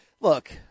look